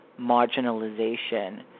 marginalization